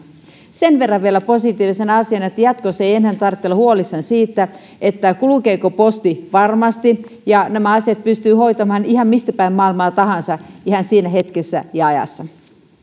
sen verran vielä positiivisena asiana että jatkossa ei enää tarvitse olla huolissaan siitä kulkeeko posti varmasti ja nämä asiat pystyy hoitamaan ihan mistä päin maailmaa tahansa ihan siinä hetkessä ja ajassa